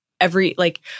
every—like